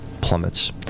plummets